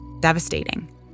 devastating